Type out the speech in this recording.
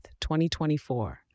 2024